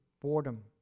boredom